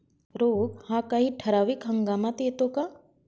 रोग हा काही ठराविक हंगामात येतो का?